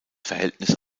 verhältnis